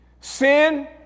Sin